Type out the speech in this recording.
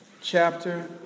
chapter